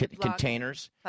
containers